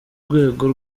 rwego